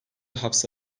hapse